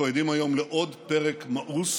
אנחנו עדים היום לעוד פרק מאוס